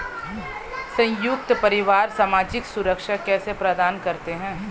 संयुक्त परिवार सामाजिक सुरक्षा कैसे प्रदान करते हैं?